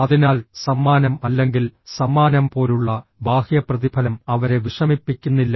അതിനാൽ സമ്മാനം അല്ലെങ്കിൽ സമ്മാനം പോലുള്ള ബാഹ്യ പ്രതിഫലം അവരെ വിഷമിപ്പിക്കുന്നില്ല